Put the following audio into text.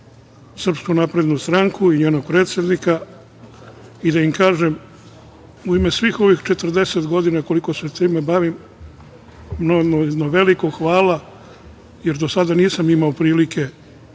pohvalim SNS i njenog predsednika i da im kažem u ime svih ovih 40 godina koliko se time bavim jedno veliko hvala, jer do sada nisam imao prilike